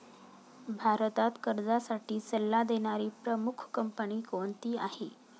भारतात कर्जासाठी सल्ला देणारी प्रमुख कंपनी कोणती आहे?